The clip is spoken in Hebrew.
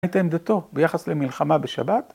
את עמדתו ביחס למלחמה בשבת?